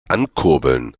ankurbeln